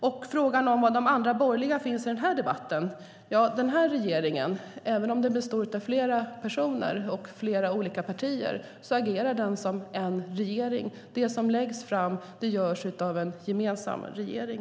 När det gäller var de andra borgerliga står i den här debatten vill jag säga att även om regeringen består av flera personer och partier agerar den som en regering. Det som läggs fram kommer från en gemensam regering.